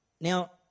Now